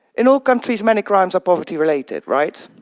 in all countries, many crimes are poverty-related, right?